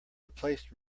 replaced